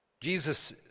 Jesus